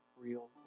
real